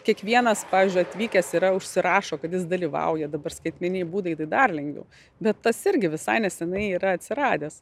kiekvienas pavyzdžiui atvykęs yra užsirašo kad jis dalyvauja dabar skaitmeniniai būdai tai dar lengviau bet tas irgi visai nesenai yra atsiradęs